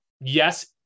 yes